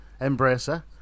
Embracer